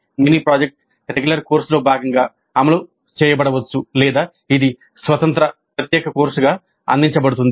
mini project regular కోర్సులో భాగంగా అమలు చేయబడవచ్చు లేదా ఇది స్వతంత్ర ప్రత్యేక కోర్సుగా అందించబడుతుంది